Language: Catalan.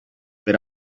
per